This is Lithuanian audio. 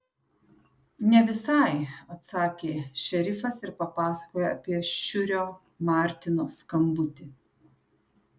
ne visai atsakė šerifas ir papasakojo apie šiurio martino skambutį